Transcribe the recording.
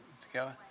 together